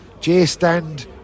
J-Stand